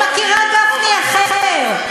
אני מכירה גפני אחר.